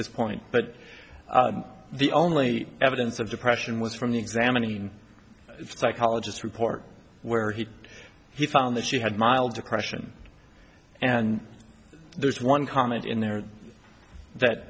this point but the only evidence of depression was from the examining psychologist report where he he found that she had mild depression and there's one comment in there that